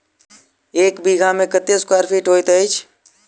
एक बीघा मे कत्ते स्क्वायर फीट होइत अछि?